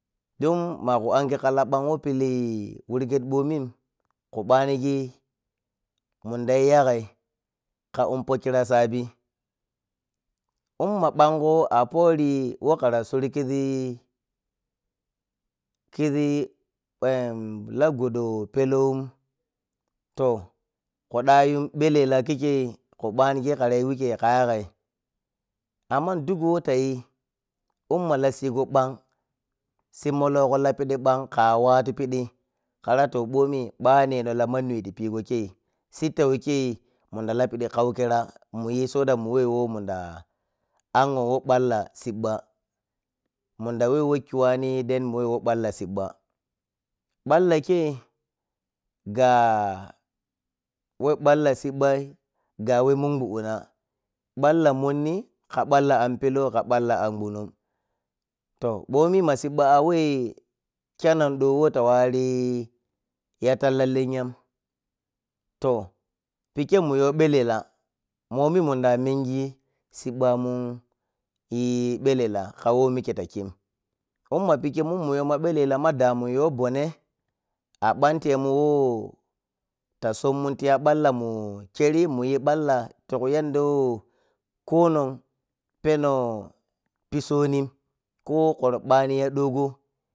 Dun magu ange kala ɓang who pilu wirged mɓomin khu ɓanigi mundayi yagai ka umpo kira sabin umma ɓango apori who kara suri kizi, umma ɓango apori peloum toh khuɗa yun ɓellela kikkei khu banigi kharayi wikkei ka yagai amman duk who tayi umma la sigo ɓana simologo la pidi ɓang kawatu pidi khara to ɓomi ɓane no la manni whei tipidigo kei sittau kei munda lapidi kaukira munyi so dat mun whe who munda anyhi who ɓalla siɓɓa muda whe wokiwani then munɗa whe who balla siɓɓa balla kei ga whe ɓalla siɓɓai ga whe munguɗɗina balla monni ka ɓalla an pelou ka balla an gunum toh mɓomi ma siɓɓa a whe kyanando whe ta wari ya talla lengyan toh pike muyo ɓelela ka who mike ta khin umma pikke mun muyo la ɓelela ma damunyo mbone aɓan temun who ba supmun tiya ɓalla mukeri muyi ɓalla tiku yadda who kanon peno pisonin ko khura ɓani ya ɗogo.